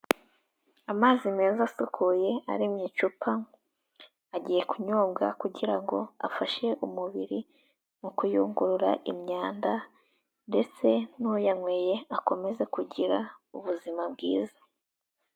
Amazi meza asukuye ari mu icupa, agiye kunyobwa kugira ngo afashe umubiri mu kuyungurura imyanda, ndetse n'uyanyweye akomeze kugira ubuzima bwiza.